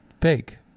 fake